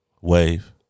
Wave